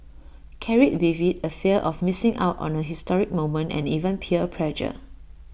carried with IT A fear of missing out on A historic moment and even peer pressure